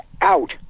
out